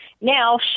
Now